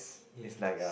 it's like a